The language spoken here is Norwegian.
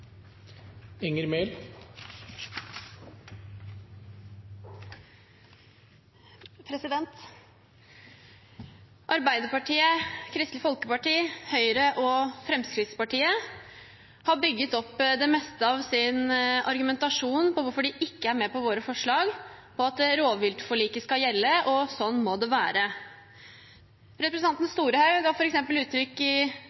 Arbeiderpartiet, Kristelig Folkeparti, Høyre og Fremskrittspartiet har bygget det meste av sin argumentasjon om hvorfor de ikke er med på våre forslag, på at rovviltforliket skal gjelde, og slik må det være. Representanten Storehaug, f.eks., ga uttrykk for i